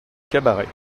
cabaret